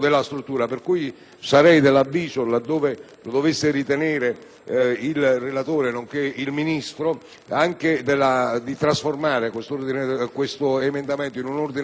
lo dovessero ritenere il relatore e il Ministro, eventualmente di trasformare questo emendamento in un ordine giorno per suggerire